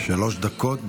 שלוש דקות.